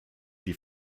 die